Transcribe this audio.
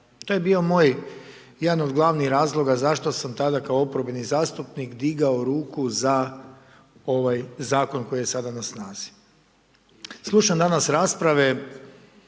To je bio moj jedna od glavnih razloga zašto sam tada kao oporbeni zastupnik digao ruku za ovaj zakon koji je sada na snazi. Slušam danas rasprave